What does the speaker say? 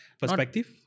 Perspective